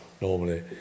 normally